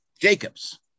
Jacobs